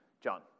John